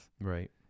Right